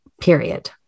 period